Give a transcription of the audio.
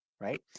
right